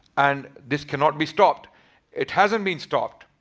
and this cannot be stopped it hasn't been stopped.